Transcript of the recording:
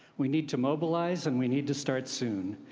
we need to mobileize and we need to start soon.